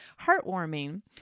heartwarming